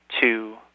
two